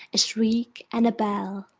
a shriek, and a bell.